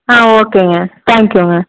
ஆ ஓகேங்க தேங்க்யூங்க